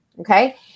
okay